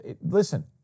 listen